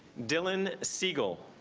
dylan segal